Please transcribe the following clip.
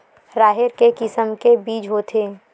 राहेर के किसम के बीज होथे?